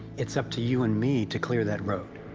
it's up to you and me to clear that road.